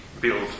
build